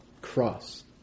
Cross